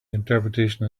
interpretation